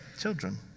children